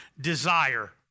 desire